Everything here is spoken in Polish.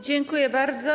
Dziękuję bardzo.